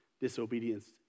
disobedience